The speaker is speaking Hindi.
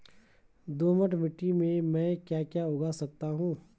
दोमट मिट्टी में म ैं क्या क्या उगा सकता हूँ?